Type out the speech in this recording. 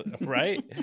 right